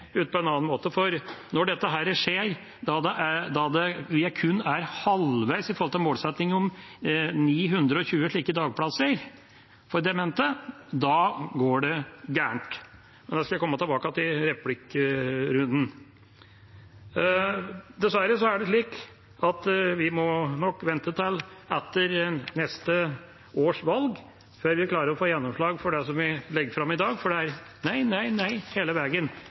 på en annen måte. For når dette skjer, og når vi kun er halvveis i forhold til målsettingen om 920 slike dagplasser for demente, går det galt. Det skal jeg komme tilbake til i replikkrunden. Dessverre er det slik at vi nok må vente til etter neste års valg før vi klarer å få gjennomslag for det som vi legger fram i dag, for det er nei, nei, nei hele